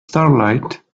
starlight